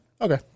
Okay